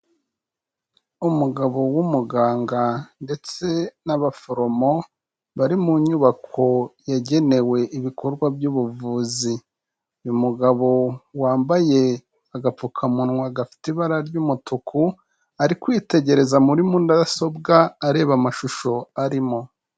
Umugabo w'umuganga ndetse n'abaforomo, bari mu nyubako yagenewe ibikorwa by'ubuvuzi, uyu mugabo wambaye agapfukamunwa gafite ibara ry'umutuku, ari kwitegereza muri mudasobwa areba amashusho arimo.